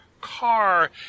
car